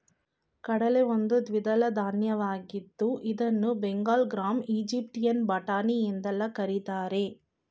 ಕಡಲೆ ಒಂದು ದ್ವಿದಳ ಧಾನ್ಯವಾಗಿದ್ದು ಇದನ್ನು ಬೆಂಗಲ್ ಗ್ರಾಂ, ಈಜಿಪ್ಟಿಯನ್ ಬಟಾಣಿ ಎಂದೆಲ್ಲಾ ಕರಿತಾರೆ